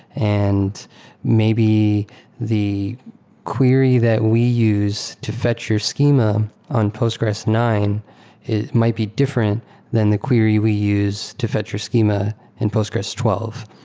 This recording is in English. and maybe the query that we use to fetch your schema on postgres nine might be different than the query we use to fetch your schema in postgrse twelve.